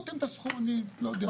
תקבעו אתם את הסכום, אני לא יודע.